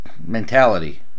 mentality